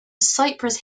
cypress